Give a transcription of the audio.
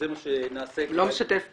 זה מה שנעשה --- הוא לא משתף פעולה.